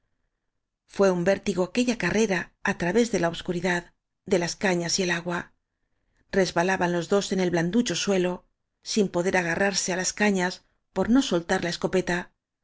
fué un vértigo aquella carrera á través de la obscuridad de la cañas y el agua res balaban los dos en el blanducho suelo sin po der agarrarse á las cañas por no soltar la